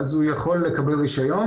אז הוא יכול לקבל רישיון.